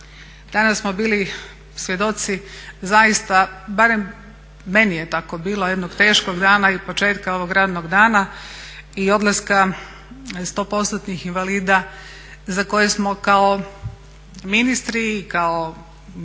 danas smo bili svjedoci zaista, barem meni je tako bilo, jednog teškog dana i početka ovog radnog dana i odlaska 100%-nih invalida za koje smo kao ministri i kao